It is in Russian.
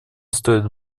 стоит